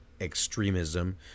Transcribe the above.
extremism